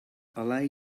align